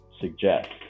suggest